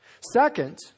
Second